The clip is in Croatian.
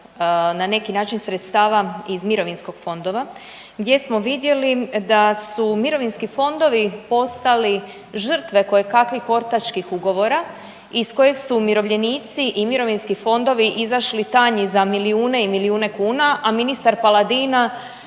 na neki način sredstava iz mirovinskih fondova, gdje smo vidjeli da su mirovinski fondovi postali žrtve kojekakvih ortačkih ugovora iz kojeg su umirovljenici i mirovinski fondovi izašli tanji za milijune i milijune kuna, a ministar Paladina